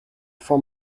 for